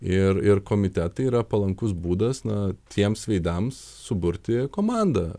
ir ir komitetai yra palankus būdas na tiems veidams suburti komandą